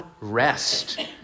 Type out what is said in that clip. rest